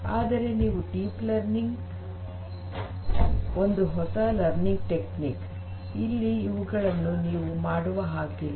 ಆದರೆ ನೀವು deep learning ಒಂದು ಹೊಸ ಲರ್ನಿಂಗ್ ತಂತ್ರಗಳು ಇಲ್ಲಿ ಇವುಗಳನ್ನು ನೀವು ಮಾಡುವ ಹಾಗಿಲ್ಲ